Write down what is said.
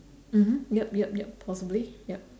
mmhmm yup yup yup possibly yup